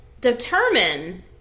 determine